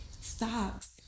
Stocks